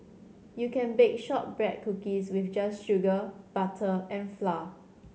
you can bake shortbread cookies just with sugar butter and flour